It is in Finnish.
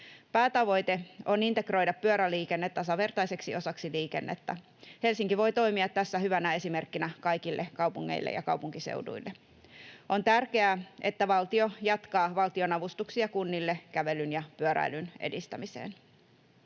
Päätavoite on integroida pyöräliikenne tasavertaiseksi osaksi liikennettä. Helsinki voi toimia tässä hyvänä esimerkkinä kaikille kaupungeille ja kaupunkiseuduille. On tärkeää, että valtio jatkaa valtionavustuksia kunnille kävelyn ja pyöräilyn edistämiseen.